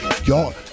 Y'all